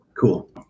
Cool